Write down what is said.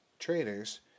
traders